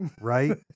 right